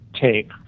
take